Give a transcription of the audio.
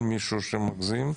אין מישהו שמגזים,